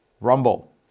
Rumble